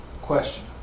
question